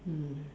mm